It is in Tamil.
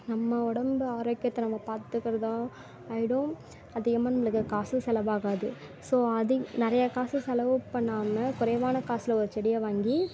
நம்ம உடம்பை ஆரோக்கியத்தை நம்ம பாத்துக்கிறதா ஆகிடும் அதிகமாக நம்மளுக்கு காசும் செலவாகாது ஸோ அதிகம் நிறையா காசு செலவு பண்ணாமல் குறைவான காசில் ஒரு செடியை வாங்கி